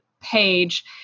page